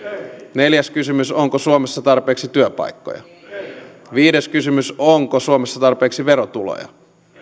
neljäs kysymys onko suomessa tarpeeksi työpaikkoja viides kysymys onko suomessa tarpeeksi verotuloja